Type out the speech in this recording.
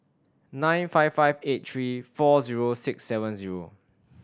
nine five five eight three four zero six seven zero